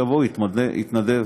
שיבוא ויתנדב,